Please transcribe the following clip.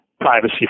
privacy